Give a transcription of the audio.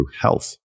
health